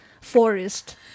forest